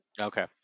Okay